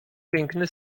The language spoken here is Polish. piękny